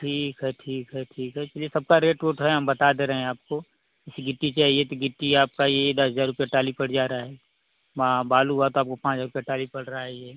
ठीक है ठीक है ठीक है इसलिए सब का रेट ओट है हम बता दे रहे हैं आपको जैसे गिट्टी चाहिए तो गिट्टी आपका यह दस हज़ार रुपये ट्राली पड़ जा रही है वहाँ बालू हुआ तो आपको पाँच हज़ार रुपये ट्राली पड़ रही है यह